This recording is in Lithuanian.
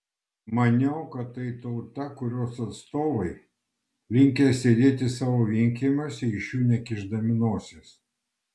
maniau kad tai tauta kurios atstovai linkę sėdėti savo vienkiemiuose iš jų nekišdami nosies